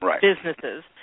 businesses